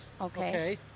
Okay